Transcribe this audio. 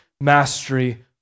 mastery